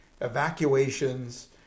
evacuations